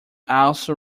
also